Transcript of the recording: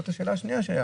זאת השאלה השנייה.